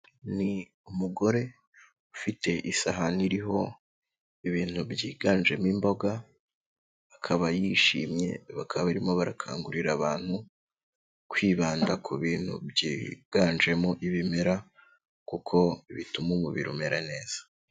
Ni umugore ufite isahani iriho ibintu byiganjemo imboga, akaba yishimye, bakaba barimo barakangurira abantu kwibanda ku bintu byiganjemo ibimera kuko bituma umubiri umera neza.